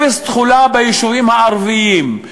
אפס תחולה ביישובים הערביים,